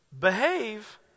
Behave